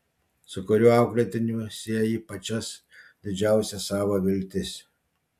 su kuriuo auklėtiniu sieji pačias didžiausias savo viltis